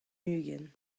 ugent